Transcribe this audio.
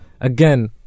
again